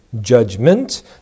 judgment